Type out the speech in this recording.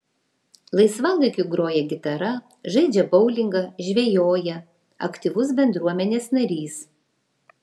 laisvalaikiu groja gitara žaidžia boulingą žvejoja aktyvus bendruomenės narys